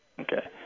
Okay